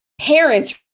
parents